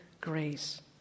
grace